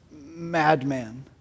madman